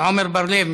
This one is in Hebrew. עמר בר-לב,